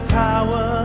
power